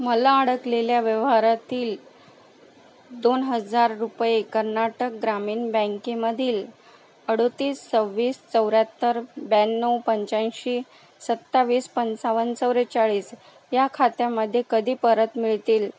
मला अडकलेल्या व्यवहारातील दोन हजार रुपये कर्नाटक ग्रामीण बँकेमधील अडतीस सव्वीस चौऱ्याहत्तर ब्याण्णव पंच्याऐंशी सत्तावीस पंचावन्न चव्वेचाळीस या खात्यामध्ये कधी परत मिळतील